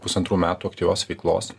pusantrų metų aktyvios veiklos